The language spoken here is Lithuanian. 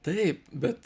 taip bet